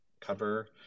cover